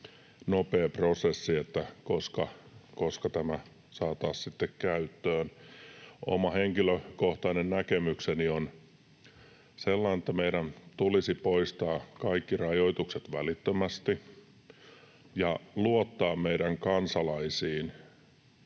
nopea prosessi, koska tämä saataisiin sitten käyttöön. Oma henkilökohtainen näkemykseni on, että meidän tulisi poistaa kaikki rajoitukset välittömästi ja luottaa meidän kansalaisiin,